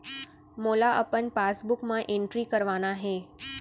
मोला अपन पासबुक म एंट्री करवाना हे?